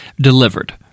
delivered